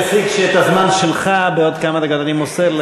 מזה אני מסיק שאת הזמן שלך בעוד דקות אני מוסר,